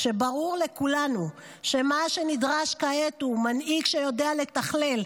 כשברור לכולנו שמה שנדרש כעת הוא מנהיג שיודע לתכלל,